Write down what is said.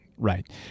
Right